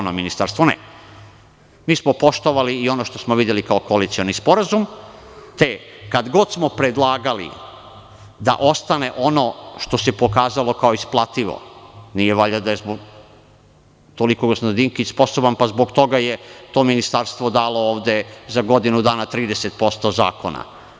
Ne, mi smo poštovali i ono što smo videli kao koalicioni sporazum, te kad god smo predlagali da ostane ono što se pokazalo kao isplativo, nije valjda da je toliko gospodin Dinkić sposoban, pa je zbog toga to ministarstvo dalo ovde za godinu dana 30% zakona.